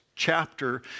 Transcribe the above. chapter